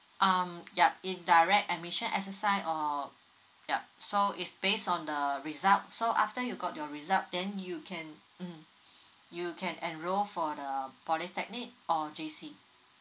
um yup in direct admission exercise or yup so it's based on the result so after you got your result then you can mmhmm you can enrol for the polytechnic or J_C